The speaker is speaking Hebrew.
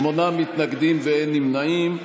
שמונה מתנגדים ואין נמנעים.